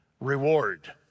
Reward